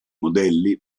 modelli